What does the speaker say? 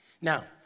Now